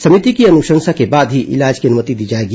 समिति की अनुशंसा के बाद ही इलाज की अनुमति दी जाएगी